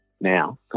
now